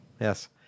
Yes